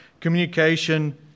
communication